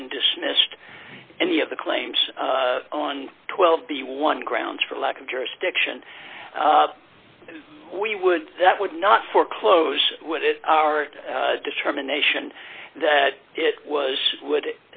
been dismissed any of the claims on twelve the one grounds for lack of jurisdiction and we would that would not foreclose what is determination that it was would